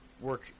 work